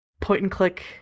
point-and-click